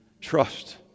trust